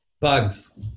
Bugs